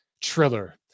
Triller